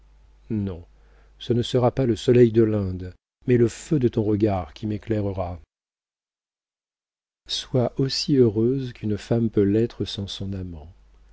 non ce ne sera pas le soleil de l'inde mais le feu de ton regard qui m'éclairera sois aussi heureuse qu'une femme peut l'être sans son amant